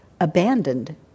abandoned